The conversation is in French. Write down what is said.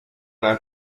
l’un